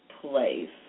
place